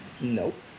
nope